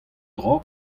dra